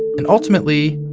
and ultimately,